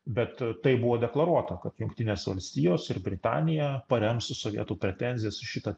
bet tai buvo deklaruota kad jungtinės valstijos ir britanija parems sovietų pretenzijas į šitą